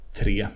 tre